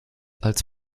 als